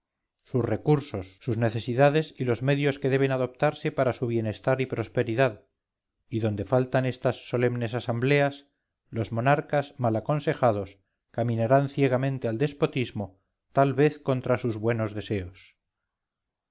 sus recursos sus necesidades ylos medios que deben adoptarse para su bienestar y prosperidad y donde faltan estas solemnes asambleas los monarcas mal aconsejados caminarán ciegamente al despotismo tal vez contra sus buenos deseos